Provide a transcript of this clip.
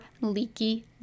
leaky